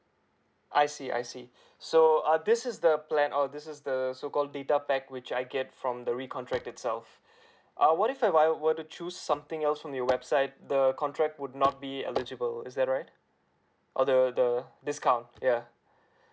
I see I see so uh this is the plan or this is the so called data pack which I get from the recontract itself uh what if I were to choose something else from your website the contract would not be eligible is that right all the the discount ya